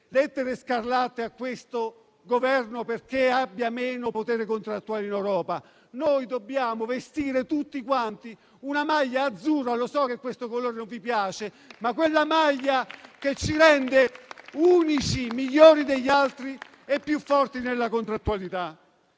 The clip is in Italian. lettere scarlatte al Governo affinché abbia meno potere contrattuale in Europa. Noi dobbiamo vestire tutti quanti la maglia azzurra. Lo so che questo colore non vi piace, ma dobbiamo vestire quella maglia che ci rende unici, migliori degli altri e più forti nella contrattualità.